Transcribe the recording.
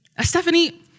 Stephanie